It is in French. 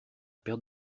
paire